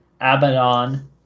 Abaddon